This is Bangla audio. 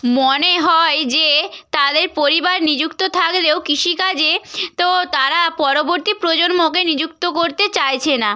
মনে হয় যে তাদের পরিবার নিযুক্ত থাকলেও কৃষিকাজে তো তারা পরবর্তী প্রজন্মকে নিযুক্ত করতে চাইছে না